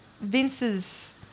Vince's